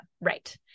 Right